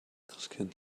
christkind